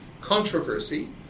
controversy